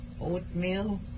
Oatmeal